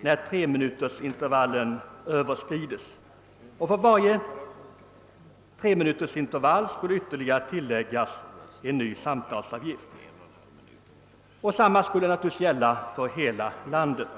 när treminutersintervallen överskrides. För varje ytterligare treminutersintervall skulle påläggas en ny samtalsavgift. Samma regel skulle gälla för hela landet.